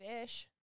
Fish